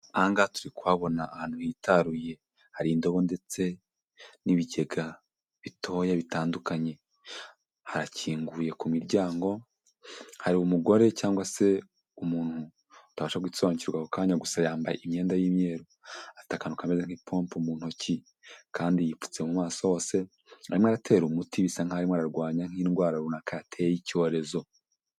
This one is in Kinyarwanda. Ahangaha turi kuhabona ahantu hitaruye, hari indobo ndetse n'ibigega bitoya bitandukanye. Harakinguye ku miryango, hari umugore cyangwa se umuntu utabasha gusobanukirwa ako kanya, gusa yambaye imyenda y'imyeru. Afite akantu kameze nk'ipombo mu ntoki, kandi yipfutse mu maso hose, arimo aratera umuti bisa nkaho arimo ararwanya nk'indwara runaka yateye y'icyorezo.